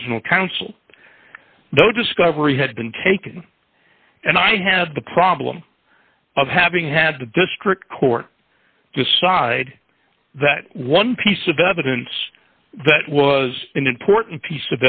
original counsel the discovery had been taken and i had the problem of having had the district court decide that one piece of evidence that was an important piece